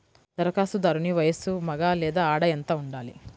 ధరఖాస్తుదారుని వయస్సు మగ లేదా ఆడ ఎంత ఉండాలి?